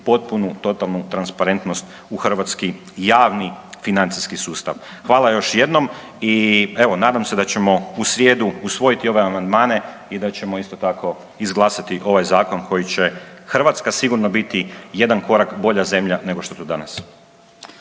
potpunu, totalnu transparentnost javni, financijski sustav. Hvala još jednom i evo, nadam se da ćemo u srijedu usvojiti ove amandmane i da ćemo isto tako izglasati ovaj zakon koji će Hrvatska sigurno biti jedan korak bolja zemlja nego što je to danas.